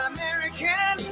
American